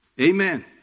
Amen